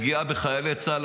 פגיעה בחיילי צה"ל,